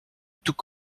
tout